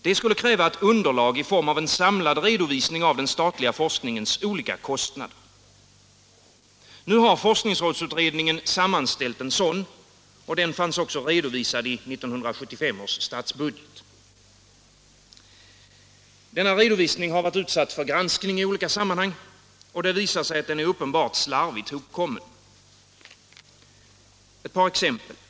Det skulle kräva ett underlag i form av en samlad redovisning av den statliga forskningens olika kostnader. Forskningsrådsutredningen har sammanställt en sådan. Den fanns också med i 1975 års statsbudget. Denna redovisning har varit utsatt för granskning i olika sammanhang, och det visar sig att den är uppenbart slarvigt hopkommen. Ett par exempel.